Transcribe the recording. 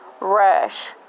rash